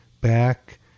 back